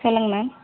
சொல்லுங்கள் மேம்